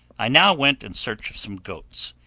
i now went in search of some goats,